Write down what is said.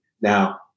Now